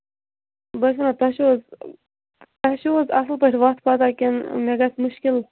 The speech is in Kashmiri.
بہٕ حظ چھُ وان تۄہہِ چھُو حظ تۄہہِ چھُو حظ اَصٕل پٲٹھۍ وَتھ پَتاہ کِنہٕ مےٚ گژھِ مُشکِل